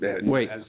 wait